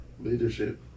leadership